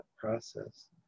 process